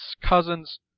cousins